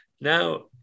Now